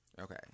Okay